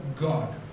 God